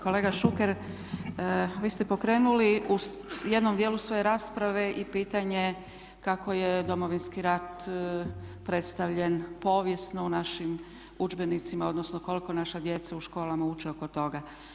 Kolega Šuker, vi ste pokrenuli u jednom dijelu svoje rasprave i pitanje kako je Domovinski rat predstavljen povijesno u našim udžbenicima, odnosno koliko naša djeca u školama uče oko toga.